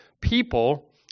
people